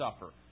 suffer